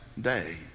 day